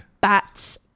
bats